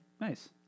Nice